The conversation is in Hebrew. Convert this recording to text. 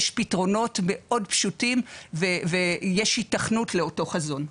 יש פתרונות מאוד פשוטים ויש היתכנות לאותו חזון.